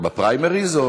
בפריימריז?